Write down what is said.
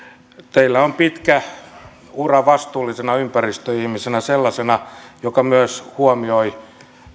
teillä on pitkä ura vastuullisena ympäristöihmisenä sellaisena joka myös huomioi